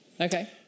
Okay